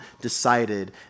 decided